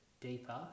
deeper